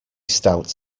stout